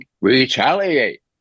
retaliate